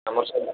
ଆମର ସବୁ